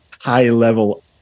high-level